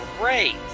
Great